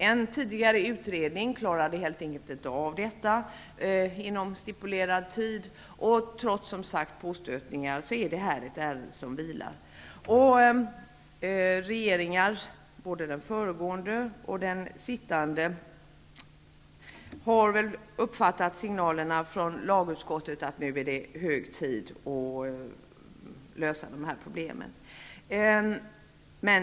En tidigare utredning klarade helt enkelt inte av detta inom den stipulerade tiden. Trots påstötningar vilar det här ärendet. Regeringarna -- både den föregående och den sittande -- har väl uppfattat signalerna från lagutskottet om att det nu är hög tid att lösa dessa problem.